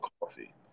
coffee